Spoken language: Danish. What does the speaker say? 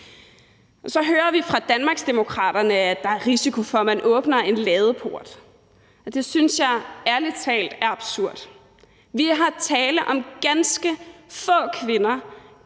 Så hører vi fra Danmarksdemokraterne, at der er risiko for, at man åbner en ladeport. Det synes jeg ærlig talt er absurd. Der er tale om ganske få kvinder